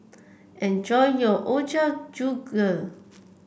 enjoy your Ochazuke